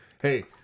Hey